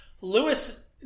Lewis